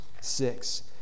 six